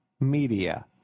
media